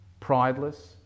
prideless